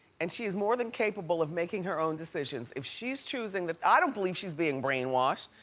and she is more than capable of making her own decisions. if she's choosing that, i don't believe she's being brainwashed.